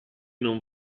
non